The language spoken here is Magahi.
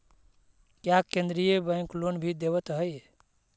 क्या केन्द्रीय बैंक लोन भी देवत हैं